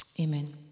Amen